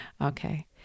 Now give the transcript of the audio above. Okay